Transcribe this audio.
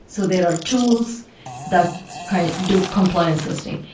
so there are tools that kind of do compliance testing.